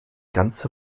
ganze